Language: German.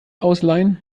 ausleihen